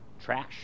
trash